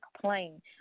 complain